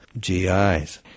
GIs